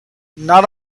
not